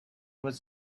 was